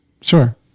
Sure